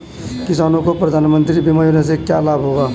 किसानों को प्रधानमंत्री बीमा योजना से क्या लाभ होगा?